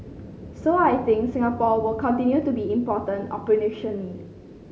so I think Singapore will continue to be important operationally